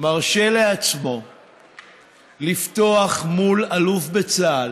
מרשה לעצמו לפתוח מול אלוף בצה"ל,